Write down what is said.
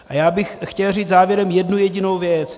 A já bych chtěl říct závěrem jednu jedinou věc.